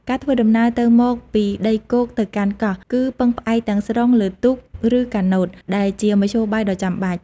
ការធ្វើដំណើរទៅមកពីដីគោកទៅកាន់កោះ គឺពឹងផ្អែកទាំងស្រុងលើទូក ឬកាណូត ដែលជាមធ្យោបាយដ៏ចាំបាច់។